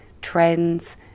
trends